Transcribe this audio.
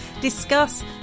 discuss